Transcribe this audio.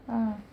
ah